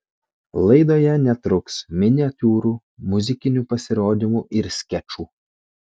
laidoje netruks miniatiūrų muzikinių pasirodymų ir skečų